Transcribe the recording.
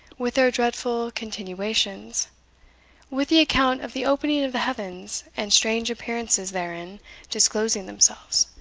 with their dreadful continuations with the account of the opening of the heavens, and strange appearances therein disclosing themselves,